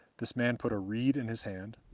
this man put a reed in his hand,